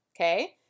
okay